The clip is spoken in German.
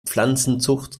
pflanzenzucht